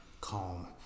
calm